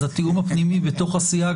אז התיאום הפנימי בתוך הסיעה,